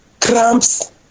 cramps